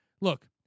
Look